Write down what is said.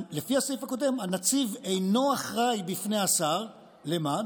לפי הסעיף הקודם הנציב אינו אחראי בפני השר, למה?